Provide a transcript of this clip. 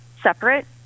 separate